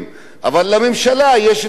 אבל לממשלה יש הכוח,